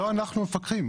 הוא גם לא אמור לפרסם את זה.